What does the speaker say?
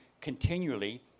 continually